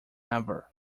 ever